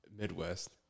Midwest